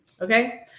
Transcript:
Okay